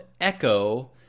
echo